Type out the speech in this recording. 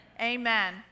amen